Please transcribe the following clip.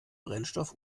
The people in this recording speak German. brennstoff